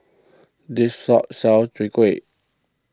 this shop sells Chwee Kueh